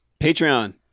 Patreon